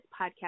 podcast